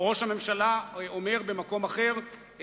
או ראש הממשלה אומר במקום אחר: